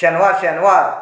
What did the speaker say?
शेनवार शेनवार